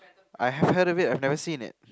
I have heard of it I've never seen it